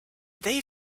they